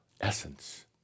essence